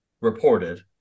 reported